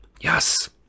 Yes